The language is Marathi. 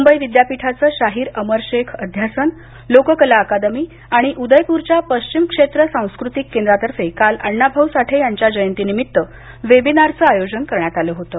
मुंबई विद्यापीठाचं शाहीर अमरशेख अध्यासन लोककला अकादमी आणि उदयपूरच्या पश्चिम क्षेत्र सांस्कृतिक केंद्रातर्फे काल आण्णा भाऊ साठे यांची जयंतीनिमित्त वेबिनारचं आयोजन करण्यात आलं होतं